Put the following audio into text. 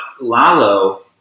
Lalo